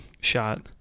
shot